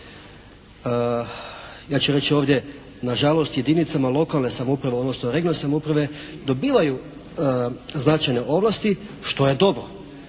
riječ je ovdje na žalost jedinicama lokalne samouprave, odnosno regionalne samouprave dobivaju značajne ovlasti što je dobro